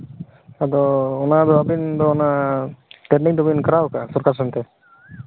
ᱚᱱᱟ ᱫᱚ ᱟᱹᱵᱤᱱ ᱫᱚ ᱚᱱᱟ ᱴᱨᱮ ᱱᱤᱝ ᱫᱚᱵᱮᱱ ᱠᱚᱨᱟᱣ ᱠᱟᱜᱼᱟ ᱥᱚᱨᱠᱟᱨ ᱥᱮᱱ ᱛᱮ